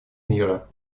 мира